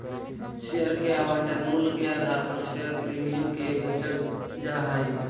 share के आवंटन मूल्य के आधार पर शेयर प्रीमियम के बेचल जा हई